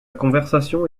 conversation